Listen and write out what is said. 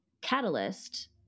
catalyst